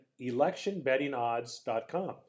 electionbettingodds.com